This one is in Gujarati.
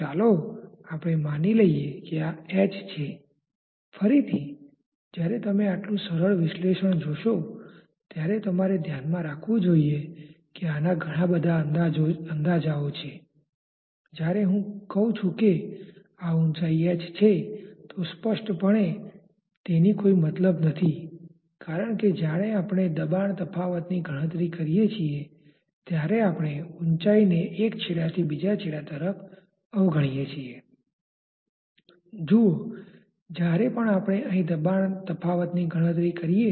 પરંતુ તે આપણે જે નથી જાણતા એમાં વધારો કરે છે કારણ કે આપણે તે જાણતા નથી કે તે પ્રવાહરેખા આને કઈ જગ્યાએ એક બીજા સાથે છેદે છે ચાલો આપણે કહીએ